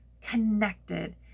connected